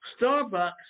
Starbucks